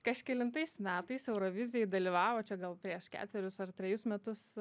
kažkelintais metais eurovizijoj dalyvavo čia gal prieš ketverius ar trejus metus